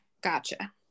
Gotcha